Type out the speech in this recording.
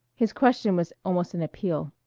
his question was almost an appeal.